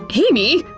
amy!